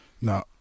No